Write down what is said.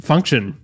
Function